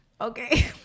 Okay